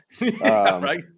right